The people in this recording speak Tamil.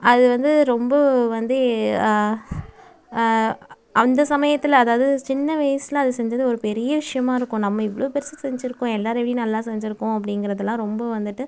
அது வந்து ரொம்ப வந்து அந்த சமயத்தில் அதாவது சின்ன வயசில் அதை செஞ்சது ஒரு பெரிய விஷயமா இருக்கும் நம்ம இவ்வளோ பெருசு செஞ்சிருக்கோம் எல்லாரவிடையும் நல்லா செஞ்சிருக்கோம் அப்படிங்கிறதுலாம் ரொம்ப வந்துட்டு